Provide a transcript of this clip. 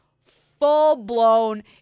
full-blown